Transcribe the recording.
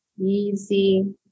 easy